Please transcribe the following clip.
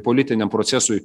politiniam procesui